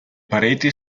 pareti